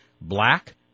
black